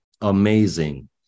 amazing